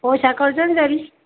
ઓછા કરજો ને જરી